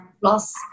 Plus